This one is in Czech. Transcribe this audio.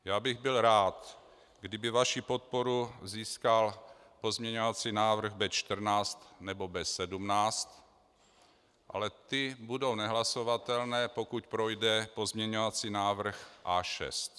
Já bych byl rád, kdyby vaši podporu získal pozměňovací návrh B14 nebo B17, ale ty budou nehlasovatelné, pokud projde pozměňovací návrh A6.